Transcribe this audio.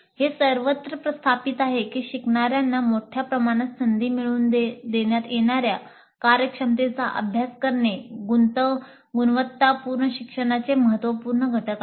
हे सर्वत्र स्थापित आहे की शिकणार्याना मोठ्या प्रमाणात संधी मिळवून देण्यात येणाऱ्या कार्यक्षमतेचा अभ्यास करणे गुणवत्तापूर्ण शिक्षणाचे महत्त्वपूर्ण घटक आहे